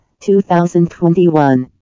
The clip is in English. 2021